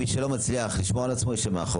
מי שלא מצליח לשמור על עצמו יישב מאחור.